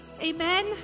Amen